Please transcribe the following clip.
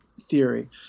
theory